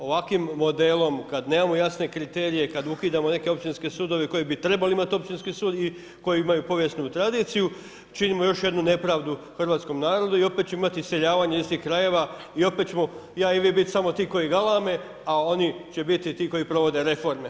Ovakvim modelom kada nemamo jasne kriterije, kad ukidamo neke općinske sudove koje bi trebali imati općinski sud i koje imaju povijesnu tradiciju činimo još jednu nepravdu hrvatskom narodu i opet ćemo imati iseljavanje iz tih krajeva i opet ćemo ja i vi biti samo ti koji galame a oni će biti ti koji provode reforme.